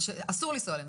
שאסור לנסוע אליהן.